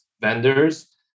vendors